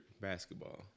basketball